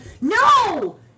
no